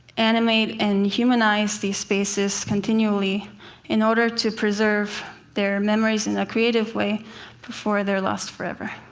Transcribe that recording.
animate and humanize these spaces continually in order to preserve their memories in a creative way before they're lost forever.